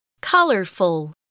Colorful